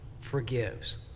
Forgives